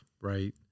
right